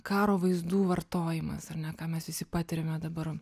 karo vaizdų vartojimas ar ne ką mes visi patiriame dabar